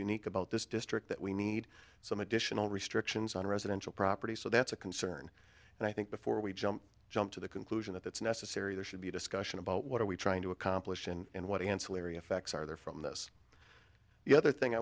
unique about this district that we need some additional restrictions on residential property so that's a concern and i think before we jump jump to the conclusion that that's necessary there should be a discussion about what are we trying to accomplish and what ancillary effects are there from this the other thing i